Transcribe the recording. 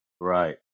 right